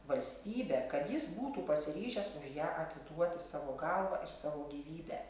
valstybę kad jis būtų pasiryžęs už ją atiduoti savo galvą ir savo gyvybę